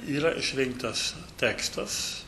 yra išrinktas tekstas